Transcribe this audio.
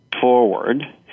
forward